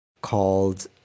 called